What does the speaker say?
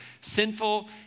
sinful